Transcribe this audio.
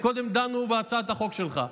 קודם דנו בהצעת החוק שלך,